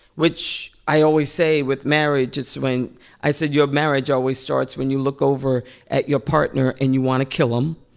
which i always say with marriage, it's when i said your marriage always starts when you look over at your partner and you want to kill them.